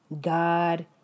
God